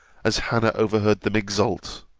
as hannah overheard them exult.